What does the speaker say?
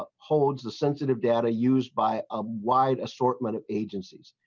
ah holds the sensitive data used by a wide assortment of agencies.